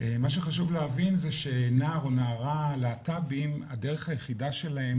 מה שחשוב להבין זה שנער או נערה להט"בים הדרך היחידה שלהם